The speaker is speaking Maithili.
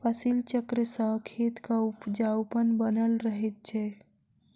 फसिल चक्र सॅ खेतक उपजाउपन बनल रहैत छै